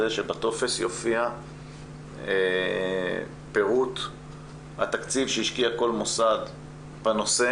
שבטופס יופיע פירוט התקציב שהשקיע כל מוסד בנושא